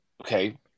Okay